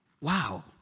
Wow